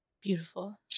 beautiful